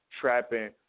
trapping